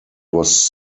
was